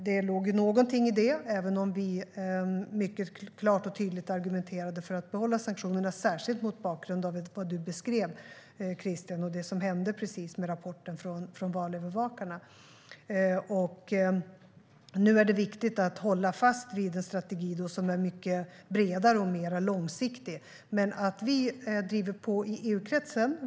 Det låg någonting i det, även om vi mycket klart och tydligt argumenterade för att behålla sanktionerna, särskilt mot bakgrund av vad du, Christian, beskrev och det som hände med rapporten från valövervakarna. Nu är det viktigt att hålla fast vid en strategi som är mycket bredare och mer långsiktig. Men vi driver på i EU-kretsen.